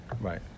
Right